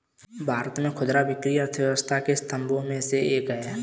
भारत में खुदरा बिक्री अर्थव्यवस्था के स्तंभों में से एक है